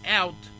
out